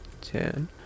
ten